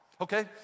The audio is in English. okay